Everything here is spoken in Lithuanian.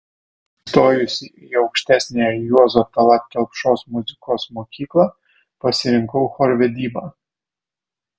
įstojusi į aukštesniąją juozo tallat kelpšos muzikos mokyklą pasirinkau chorvedybą